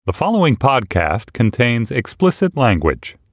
the following podcast contains explicit language